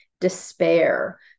despair